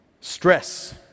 Stress